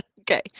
okay